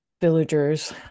villagers